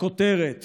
הכותרת